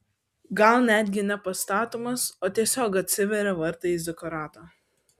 gal netgi ne pastatomas o tiesiog atsiveria vartai į zikuratą